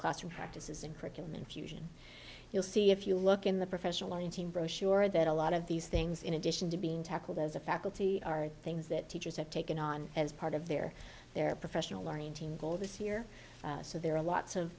classroom practices and curriculum infusion you'll see if you look in the professional brochure that a lot of these things in addition to being tackled as a faculty are things that teachers have taken on as part of their their professional learning team goal this year so there are lots of